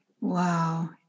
Wow